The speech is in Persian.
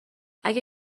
اگه